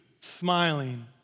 smiling